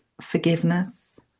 forgiveness